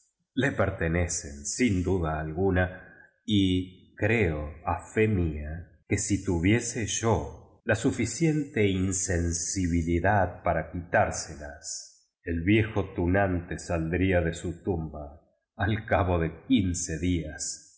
pertenecen sin duda alguna y creo a fe mía que si tuviese yo la suficien te insensibilidad para quitárselas el viejo tu nante saldría de su tumba al cabo de quince días